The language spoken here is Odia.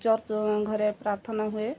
ଚର୍ଚ୍ଚ ଘରେ ପ୍ରାର୍ଥନା ହୁଏ